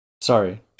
sorry